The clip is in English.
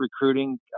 recruiting